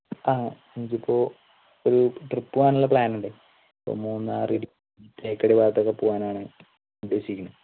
ആ എനിക്കിപ്പോൾ ഒരു ട്രിപ്പ് പോകാനുള്ള പ്ലാൻ ഉണ്ട് അപ്പോൾ മൂന്നാർ തേക്കടി ഭാഗത്തേക്ക് പോവാനാണ് ഉദ്ദേശിക്കുന്നത്